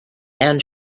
and